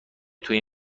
توی